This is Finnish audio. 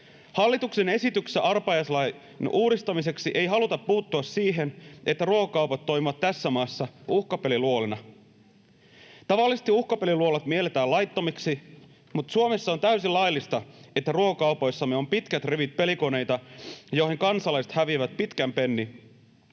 Hallituksen esityksessä arpajaislain uudistamiseksi ei haluta puuttua siihen, että ruokakaupat toimivat tässä maassa uhkapeliluolina. Tavallisesti uhkapeliluolat mielletään laittomiksi. Mutta Suomessa on täysin laillista, että ruokakaupoissamme on pitkät rivit pelikoneita, joihin kansalaiset häviävät pitkän pennin.